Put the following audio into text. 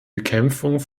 bekämpfung